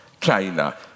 China